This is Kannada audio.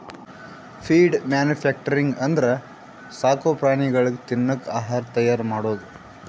ಫೀಡ್ ಮ್ಯಾನುಫ್ಯಾಕ್ಚರಿಂಗ್ ಅಂದ್ರ ಸಾಕು ಪ್ರಾಣಿಗಳಿಗ್ ತಿನ್ನಕ್ ಆಹಾರ್ ತೈಯಾರ್ ಮಾಡದು